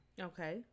Okay